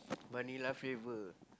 vanilla flavour